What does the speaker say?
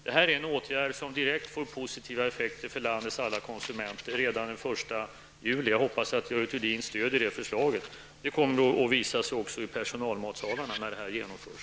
Det här är en åtgärd som direkt får positiva effekter för landets alla konsumenter redan den 1 juli. Jag hoppas att Görel Thurdin stöder det förslaget. Det kommer att visa sig också i personalmatsalarna, när det här genomförs.